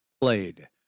played